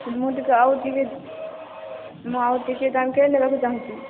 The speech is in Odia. ମୁଁ ଟିକିଏ ଆଉ ଟିକିଏ ମୁଁ ଆଉ ଟିକିଏ ଦାମିକିଆ ନେବାକୁ ଚାଁହୁଛି